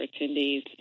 attendees